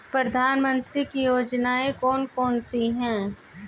प्रधानमंत्री की योजनाएं कौन कौन सी हैं?